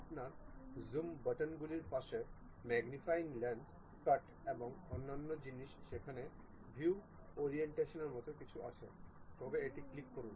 আপনার জুম বাটনগুলির পাশে ম্যাগনিফাইং লেন্স কাট এবং অন্যান্য জিনিস সেখানে ভিউ ওরিয়েন্টেশন এর মতো কিছু আছে তবে এটি ক্লিক করুন